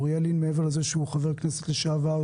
אוריאל לין מעבר לזה שהוא חבר כנסת לשעבר,